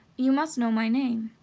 you must know my name.